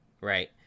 Right